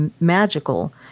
magical